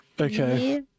Okay